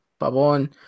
Babon